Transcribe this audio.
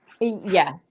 Yes